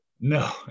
No